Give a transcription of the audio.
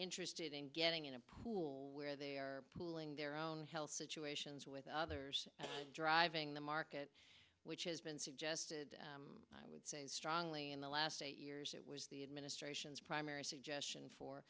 interested in getting in a pool where they are pooling their own health situations with others driving the market which has been suggested i would say strongly in the last eight years that was the administration's primary suggestion for